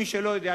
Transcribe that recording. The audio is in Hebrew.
מי שלא יודע,